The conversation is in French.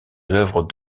œuvres